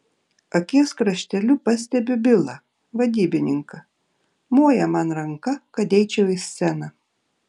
akies krašteliu pastebiu bilą vadybininką moja man ranka kad eičiau į sceną